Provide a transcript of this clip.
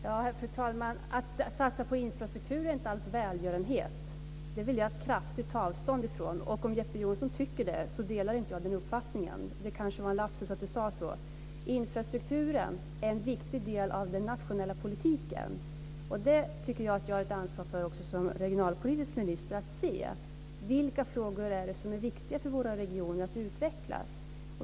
Fru talman! Att satsa på infrastruktur är inte alls välgörenhet. Det vill jag kraftigt ta avstånd ifrån. Om Jeppe Johnsson tycker det delar inte jag den uppfattningen. Det kanske var en lapsus att han sade så. Infrastrukturen är en viktig del av den nationella politiken. Jag tycker att jag har ett ansvar också som regionalpolitisk minister att se vilka frågor det är som är viktiga för att våra regioner ska utvecklas.